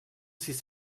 sis